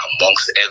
amongst